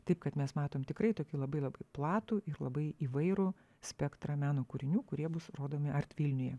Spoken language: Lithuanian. taip kad mes matom tikrai tokį labai labai platų ir labai įvairų spektrą meno kūrinių kurie bus rodomi art vilniuje